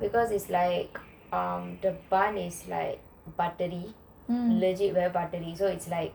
because it's like the bun is like buttery legit very buttery so it's like